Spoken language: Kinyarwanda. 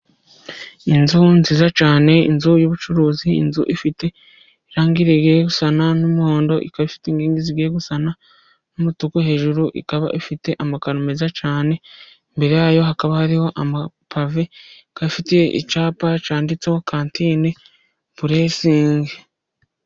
Inzu nziza cyane inzu y'ubucuruzi, inzu ifite irangi rigiye gusa n'umuhondo, ikaba ifite inkingi zigiye gusa n'umutuku. Hejuru ikaba ifite amakaro meza cyane, imbere yayo hakaba hariho amapave. Ikaba ifitiye icyapa cyanditseho Kantine Buresingi.